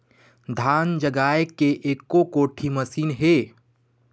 धान जगाए के एको कोठी मशीन हे?